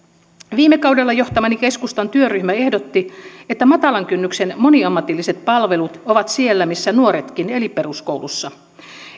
viime kaudella johtamani keskustan työryhmä ehdotti että matalan kynnyksen moniammatilliset palvelut ovat siellä missä nuoretkin eli peruskoulussa